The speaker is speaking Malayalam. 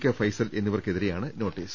കെ ഫൈസൽ എന്നിവർക്കെതിരെയാണ് നോട്ടീസ്